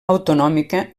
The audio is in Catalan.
autonòmica